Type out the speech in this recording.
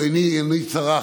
עיני אינה צרה,